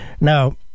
Now